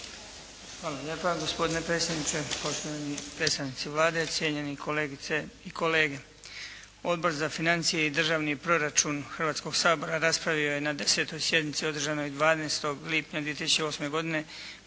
Hvala lijepa gospodine predsjedniče. Poštovani predstavnici Vlade, cijenjeni kolegice i kolege. Odbor za financije i državni proračun Hrvatskoga sabora raspravio je na 10. sjednici održanoj 12. lipnja 2008. godine